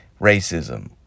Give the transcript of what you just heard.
racism